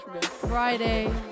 Friday